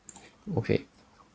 okay